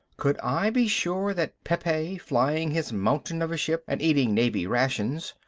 could i be sure that pepe, flying his mountain of a ship and eating navy rations,